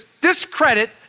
discredit